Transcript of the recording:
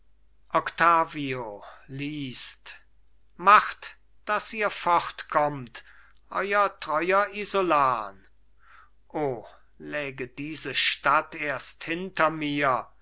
liest macht daß ihr fortkommt euer treuer isolan o läge diese stadt erst hinter mir